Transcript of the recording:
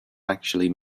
actually